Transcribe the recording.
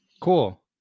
cool